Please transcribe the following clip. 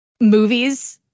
movies